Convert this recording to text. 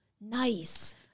nice